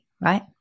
right